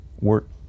work